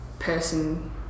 Person